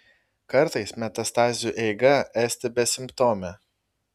kartais metastazių eiga esti besimptomė